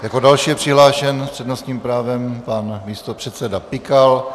Jako další je přihlášen s přednostním právem pan místopředseda Pikal.